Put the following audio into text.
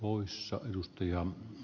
oulussa ylimielisyyttä